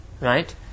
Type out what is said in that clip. right